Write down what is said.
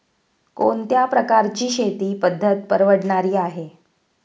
कोणत्या प्रकारची शेती पद्धत परवडणारी आहे?